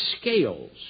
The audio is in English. scales